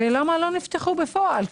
ולמה לא נפתחו בפועל?